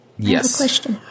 Yes